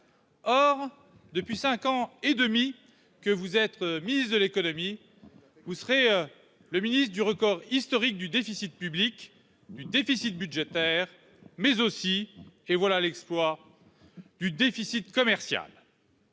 or depuis 5 ans et demi que vous être mise de l'économie, vous serez le ministre du record historique du déficit public du déficit budgétaire mais aussi, et voilà l'exploit du déficit commercial